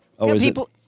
People